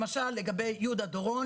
למשל, לגבי יהודה דורון